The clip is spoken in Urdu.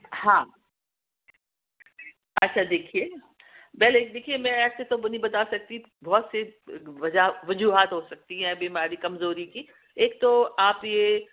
ہاں اچھا دیکھیے پہلے دیکھیے میں ایسے تو میں نہیں بتا سکتی بہت سے وجہ وجوہات ہو سکتی ہیں بیماری کمزوری کی ایک تو آپ یہ